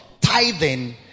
tithing